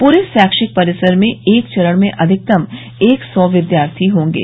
पूरे शैक्षिक परिसर में एक चरण में अधिकतम एक सौ विद्यार्थी होंगे